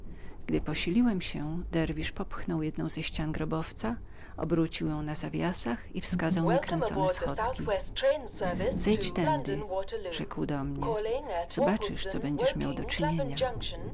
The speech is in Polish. wino posiliłem się wtedy derwisz popchnął jedną ścianę grobowca obrócił ją na zawiasach i odkrył mi kręcone schodki zejdź tędy rzekł do mnie zobaczysz co będziesz miał do czynienia